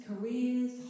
careers